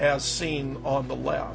as seen on the left